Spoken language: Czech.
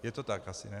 Je to tak asi, ne?